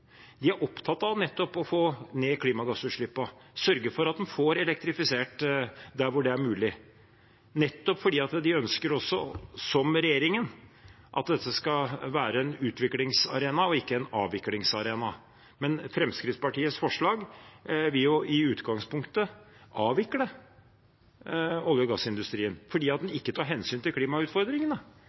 De er opptatt av nettopp å få ned klimagassutslippene og sørge for at en får elektrifisert der hvor det er mulig, nettopp fordi de, som regjeringen, ønsker at dette skal være en utviklingsarena og ikke en avviklingsarena. Fremskrittspartiets forslag vil i utgangspunktet avvikle olje- og gassindustrien fordi en ikke tar hensyn til klimautfordringene